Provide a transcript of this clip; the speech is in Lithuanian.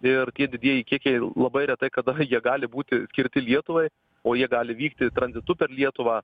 ir tie didieji kiekiai labai retai kada jie gali būti skirti lietuvai o jie gali vykti tranzitu per lietuvą